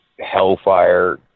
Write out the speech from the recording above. hellfire